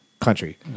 Country